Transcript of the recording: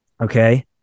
Okay